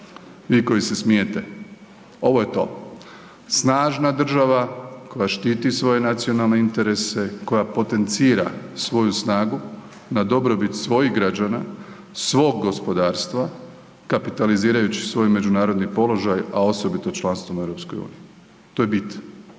Vi koji se smijete, ovo je to. Snažna država koja štiti svoje nacionalne interese, koja potencira svoju snagu na dobrobit svojih građana, svog gospodarstva, kapitalizirajući svoj međunarodni položaj, a osobito članstvom u EU. To je bit.